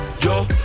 yo